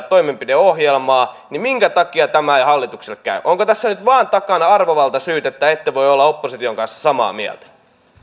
toimenpideohjelmaa niin minkä takia tämä ei hallitukselle käy ovatko tässä nyt takana vain arvovaltasyyt että ette voi olla opposition kanssa samaa mieltä